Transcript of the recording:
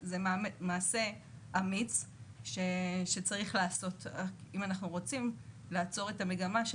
זה מעשה אמיץ שצריך לעשות אם אנחנו רוצים לעצור את המגמה של